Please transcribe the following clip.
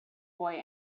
boy